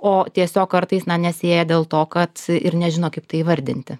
o tiesiog kartais na nesieja dėl to kad ir nežino kaip tai įvardinti